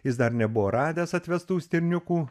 jis dar nebuvo radęs atvestų stirniukų